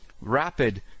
Rapid